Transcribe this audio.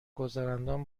گذراندن